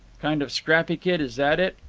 kind of scrappy kid, is that it?